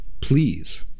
please